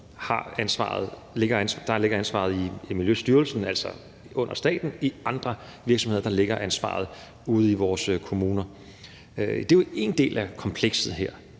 nogle virksomheder i Miljøstyrelsen, altså under staten, og i forhold til andre virksomheder ligger ansvaret ude i vores kommuner. Det er jo en del af komplekset her,